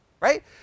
Right